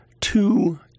two